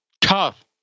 tough